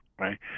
Right